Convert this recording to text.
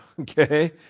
okay